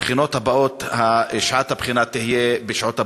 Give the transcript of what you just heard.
בבחינות הבאות שעת הבחינה תהיה בשעות הבוקר.